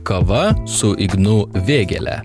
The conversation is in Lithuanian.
kava su ignu vėgėle